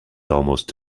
almost